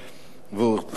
והונחה פעם שנייה,